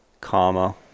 comma